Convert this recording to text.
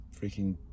freaking